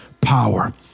power